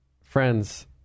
Friends